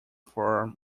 form